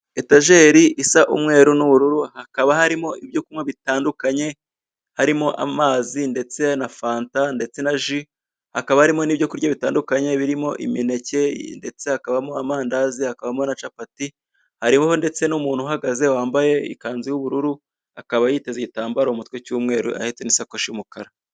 Etajeri isa umweru n'ubururu hakaba harimo ibyo kunywa bitandukanye harimo amazi ndetse na fanta ndetse na jus hakaba harimo n'ibyo kurya bitandukanye birimo imineke ndetse hakabamo amandazi hakabamo na capati hariho ndetse n'umuntu uhagaze wambaye ikanzu y'ubururu akaba yiteze igitambaro mu mutwe cy'umweru ahetse n'isakoshi y'umukara.